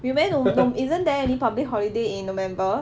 you may know know isn't there any public holiday in november